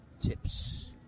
tips